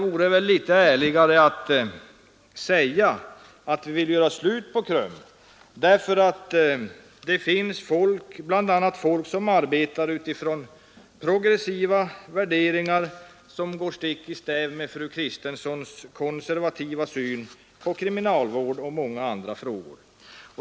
Vore det inte ärligare att säga att man vill göra slut på KRUM därför att där bl.a. finns folk som arbetar utifrån progressiva värderingar, som går stick i stäv med fru Kristenssons konservativa syn på kriminalvård och mycket annat?